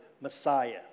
Messiah